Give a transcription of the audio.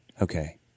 Okay